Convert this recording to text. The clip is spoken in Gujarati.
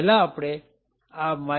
પહેલા આપણે આ mylib